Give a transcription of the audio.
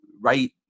right